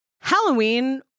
Halloween